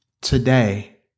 Today